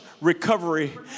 recovery